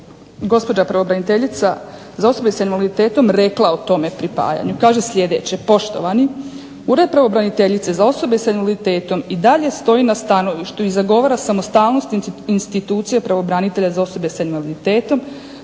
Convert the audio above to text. gospođa pravobraniteljica za osobe s invaliditetom rekla o tome pripajanju. Kaže sljedeće: "Poštovani, Ured pravobraniteljice za osoba s invaliditetom i dalje stoji na stanovištu i zagovara samostalnost institucija pravobranitelja za osobe s invaliditetom